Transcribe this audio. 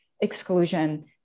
exclusion